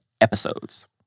episodes